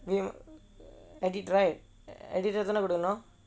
edit right edit கொடுக்கனும் நா:kodukkanum naa